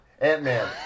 Ant-Man